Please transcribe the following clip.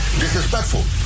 disrespectful